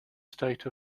state